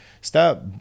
Stop